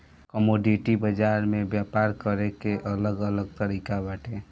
commodity बाजार में व्यापार करे के अलग अलग तरिका बाटे